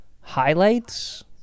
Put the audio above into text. highlights